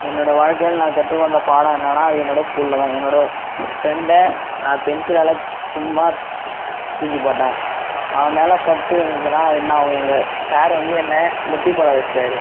என்னோடய வாழ்க்கையில் நான் கற்றுக்கொண்ட பாடம் என்னென்னா அது என்னோடய ஸ்கூலில் தான் என்னோடய ஃப்ரெண்டை நான் பென்சிலால் சும்மா தூக்கிப்போட்டேன் அவன் மேலே பட்டுருந்ததுனா என்ன ஆகும் எங்கள் சார் வந்து என்ன முட்டிப்போட வச்சுட்டாரு